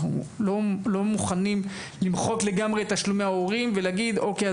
אנחנו לא מוכנים למחוק לגמרי את תשלומי ההורים ולהגיד אוקיי,